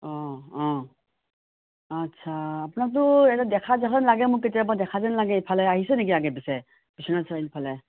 অ' অ' আচ্ছা আপোনাকতো ইয়াতে দেখা দেখা লাগে মোৰ কেতিয়াবা দেখা যেন লাগে ইফালে আহিছে নেকি আগে পিছে বিশ্বনাথ চাৰিআলিফালে